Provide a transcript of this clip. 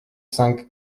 cinq